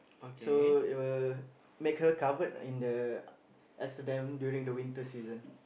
so it will make her covered in the Amsterdam during the winter season